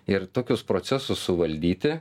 ir tokius procesus suvaldyti